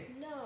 no